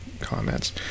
comments